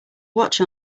watch